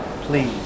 please